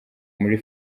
muri